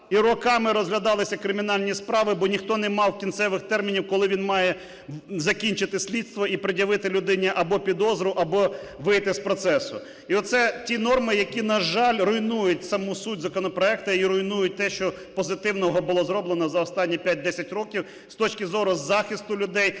і роками розглядалися кримінальні справи, бо ніхто не мав кінцевих термінів, коли він має закінчити слідство і пред'явити людині або підозру, або вийти з процесу. І оце ті норми, які, на жаль, руйнують саму суть законопроекту і руйнують те, що позитивного було зроблено за останні 5-10 років з точки зору захисту людей,